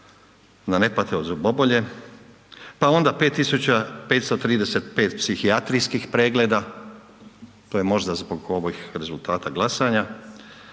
da ne pate od zubobolje, pa onda 5.535 psihijatrijskih pregleda, to je možda zbog ovih rezultata glasanja,